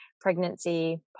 pregnancy